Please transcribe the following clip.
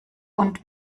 und